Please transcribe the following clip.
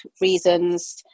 reasons